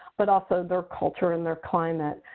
but also their culture and their climate.